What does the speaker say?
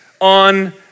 on